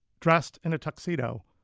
dressed in a tuxedo,